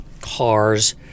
cars